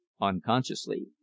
unconsciously